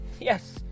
yes